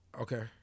Okay